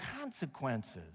consequences